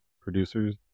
producers